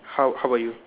how how about you